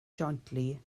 jointly